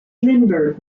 lindberg